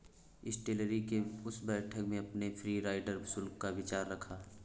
Slattery ने उस बैठक में अपने फ्री राइडर शुल्क का विचार रखा